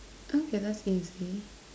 okay that's easy